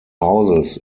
hauses